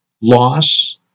loss